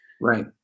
right